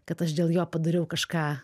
kad aš dėl jo padariau kažką